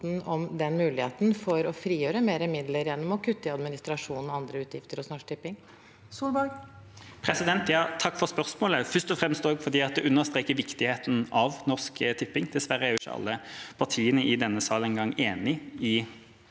om muligheten for å frigjøre mer midler gjennom å kutte i administrasjon og andre utgifter hos Norsk Tipping?